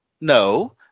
no